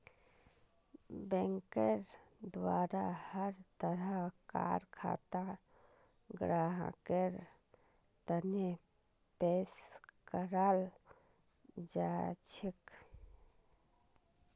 बैंकेर द्वारा हर तरह कार खाता ग्राहकेर तने पेश कराल जाछेक